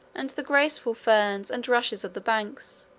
and the graceful ferns and rushes of the banks,